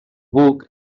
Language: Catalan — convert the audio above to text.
buc